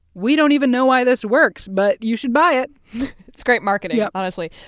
we don't even know why this works, but you should buy it it's great marketing, yeah honestly.